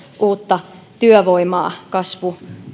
uutta työvoimaa kasvu